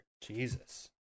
Jesus